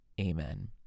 amen